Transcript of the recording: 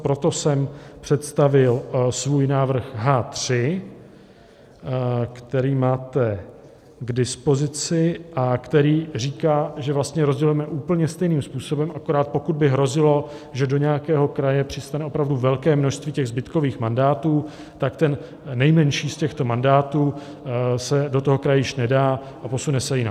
Proto jsem představil svůj návrh H3, který máte k dispozici a který říká, že vlastně rozdělujeme úplně stejným způsobem, akorát pokud by hrozilo, že do nějakého kraje přistane opravdu velké množství zbytkových mandátů, tak ten nejmenší z těchto mandátů se do toho kraje již nedá a posune se jinam.